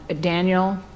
Daniel